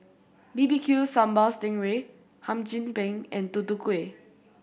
B B Q Sambal sting ray Hum Chim Peng and Tutu Kueh